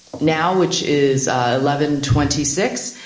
now which is eleven twenty six,